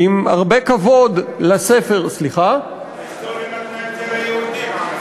עם הרבה כבוד לספר, ההיסטוריה נתנה את זה ליהודים,